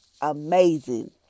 amazing